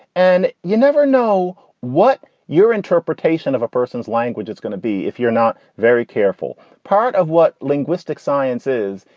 and you never know what your interpretation of a person's language is going to be if you're not very careful. part of what linguistic science is,